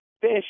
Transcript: fish